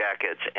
jackets